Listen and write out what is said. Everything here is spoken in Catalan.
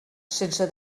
sense